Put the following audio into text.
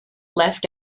left